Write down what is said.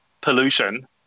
pollution